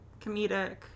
comedic